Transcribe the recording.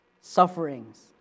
sufferings